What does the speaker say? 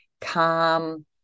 calm